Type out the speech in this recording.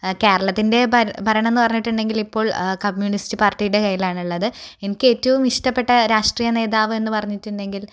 കേരളത്തിന്റെ ഭര ഭരണമെന്ന് പറഞ്ഞിട്ടുണ്ടെങ്കിലിപ്പോള് കമ്മ്യൂണിസ്റ്റ് പാര്ട്ടിയുടെ കയ്യിലാണുള്ളത് എനിക്കേറ്റവും ഇഷ്ടപ്പെട്ട രാഷ്ട്രീയ നേതാവ് എന്ന് പറഞ്ഞിട്ടുണ്ടെങ്കില്